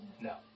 No